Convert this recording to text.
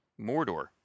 Mordor